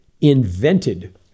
invented